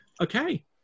Okay